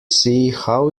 see—how